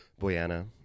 Boyana